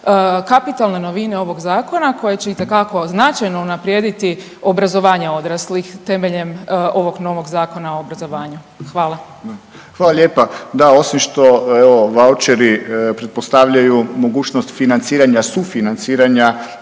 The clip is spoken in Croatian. kapitalne novine ovog zakona koje će itekako značajno unaprijediti obrazovanje odraslih temeljem ovog novog Zakona o obrazovanju. Hvala. **Paljak, Tomislav** Hvala lijepa. Da osim što evo vaučeri pretpostavljaju mogućnost financiranja sufinanciranja